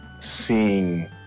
seeing